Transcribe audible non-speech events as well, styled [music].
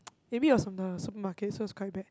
[noise] maybe it was from the supermarket so it was quite bad